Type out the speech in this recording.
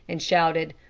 and shouted,